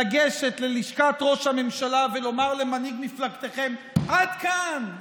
לגשת ללשכת ראש הממשלה ולומר למנהיג מפלגתכם: עד כאן,